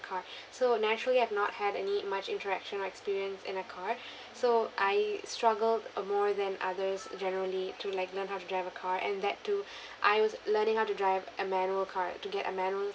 car so naturally I've not had any much interaction or experience in a car so I struggled more than others generally to like learn how to drive a car and that too I was learning how to drive a manual car to get a manual